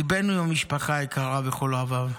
ליבנו עם המשפחה היקרה ועם כל אוהביו.